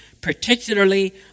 particularly